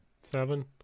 Seven